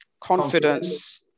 Confidence